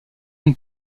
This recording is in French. une